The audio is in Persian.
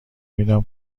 میدم